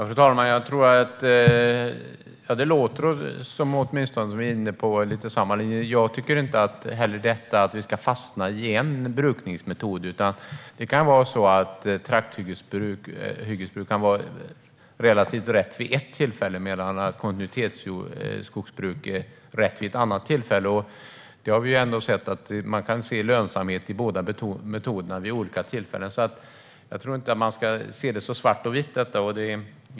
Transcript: Fru talman! Jag tror att vi är lite grann inne på samma linje; det låter åtminstone så. Jag tycker inte heller att vi ska fastna i en enda brukningsmetod. Trakthyggesbruk kan vara relativt rätt vid ett tillfälle, medan kontinuitetsskogsbruk är rätt vid ett annat tillfälle. Vi har sett att man kan se lönsamhet i båda metoderna vid olika tillfällen. Jag tror inte att man ska se detta så svart eller vitt.